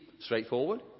Straightforward